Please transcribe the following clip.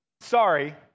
sorry